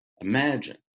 imagine